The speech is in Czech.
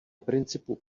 principu